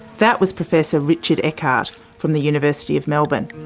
that was professor richard eckard from the university of melbourne.